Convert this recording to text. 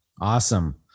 Awesome